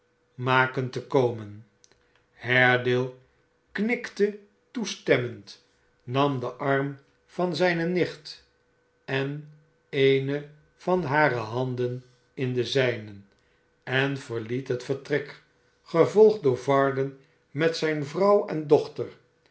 maken te komen haredale knikte toestemmend nam den arm van zijne nicht en eene van hare handen in de zijne en verliet het vertrek gevolgd door varden met zijne vrouw en dochter